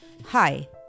Hi